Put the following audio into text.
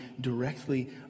directly